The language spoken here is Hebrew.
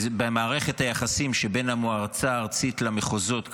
במערכת היחסים שבין המועצה הארצית למחוזות,